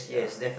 ya